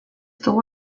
dugu